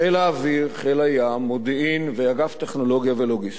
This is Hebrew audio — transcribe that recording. חיל האוויר, חיל הים ואגף טכנולוגיה ולוגיסטיקה.